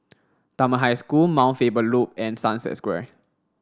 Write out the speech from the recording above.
Dunman High School Mount Faber Loop and Sunset Square